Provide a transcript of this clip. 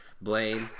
blaine